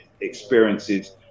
experiences